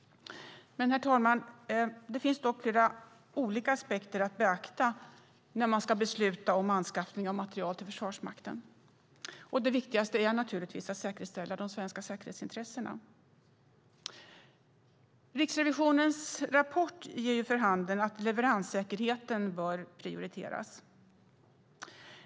Herr talman! Det finns dock flera olika aspekter att beakta när man ska besluta om anskaffning av materiel till Försvarsmakten. Viktigast är naturligtvis att säkerställa svenska säkerhetsintressen. Riksrevisionens rapport ger vid handen att leveranssäkerheten bör prioriteras.